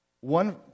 One